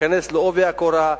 להיכנס בעובי הקורה.